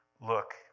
Look